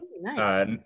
Nice